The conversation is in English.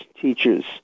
teachers